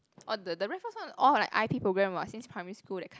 orh the the Raffles one all like I_P program what since primary school that kind